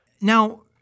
Now